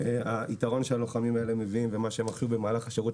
היתרון שהלוחמים האלה מביאים ומה שהם רכשו במהלך השירות